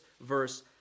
verse